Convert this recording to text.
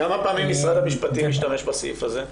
כמה פעמים משרד המשפטים השתמש בסעיף הזה?